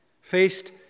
faced